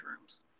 rooms